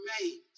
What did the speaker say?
remains